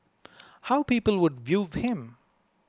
how people would view him